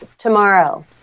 tomorrow